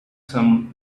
some